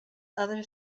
other